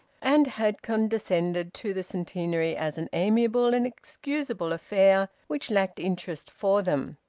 and had condescended to the centenary as an amiable and excusable affair which lacked interest for them.